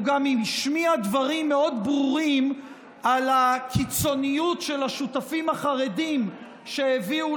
הוא גם השמיע דברים מאוד ברורים על הקיצוניות של השותפים החרדים שהביאו